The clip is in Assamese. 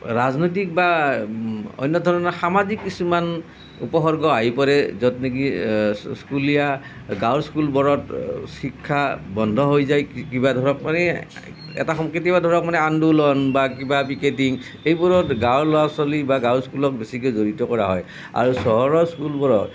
ৰাজনৈতিক বা অন্য ধৰণৰ সামাজিক কিছুমান উপসৰ্গ আহি পৰে য'ত নেকি স্কুলীয়া গাঁৱৰ স্কুলবোৰত শিক্ষা বন্ধ হৈ যায় কিবা ধৰক মানে এটা কেতিয়াবা ধৰক আন্দোলন বা কিবা সেইবোৰত গাঁৱৰ ল'ৰা ছোৱালীক বা গাঁৱৰ স্কুলবোৰক বেছিকৈ জড়িত কৰা হয় আৰু চহৰৰ স্কুলবোৰত